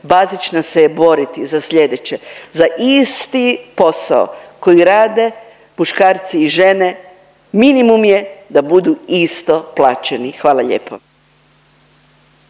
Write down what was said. bazična se je boriti za sljedeće: za isti posao koji rade muškarci i žene minimum je da budu isto plaćeni. Hvala lijepo.